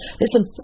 Listen